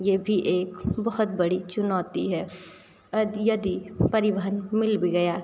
ये भी एक बहुत बड़ी चुनौती है यदि परिवहन मिल भी गया